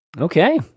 Okay